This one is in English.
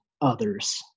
others